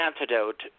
antidote